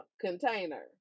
container